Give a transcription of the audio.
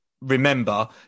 remember